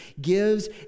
gives